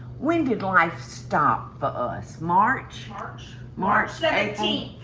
when did life stop for us? march? march, march seventeenth.